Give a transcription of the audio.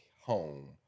home